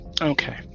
Okay